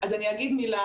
אז אני אגיד מילה.